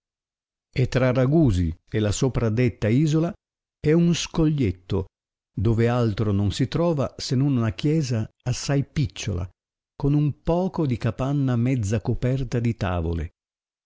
e tra ragusi e la sopradetta isola è un scoglietto dove altro non si trova se non una chiesa assai picciola con un poco di capanna mezza coperta di tavole